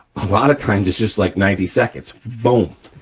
a lot of times it's just like ninety seconds, boom.